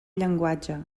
llenguatge